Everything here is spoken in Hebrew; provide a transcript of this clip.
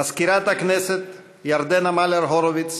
מזכירת הכנסת ירדנה מלר-הורוביץ,